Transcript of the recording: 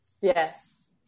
Yes